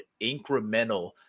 incremental